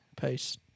Peace